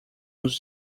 nos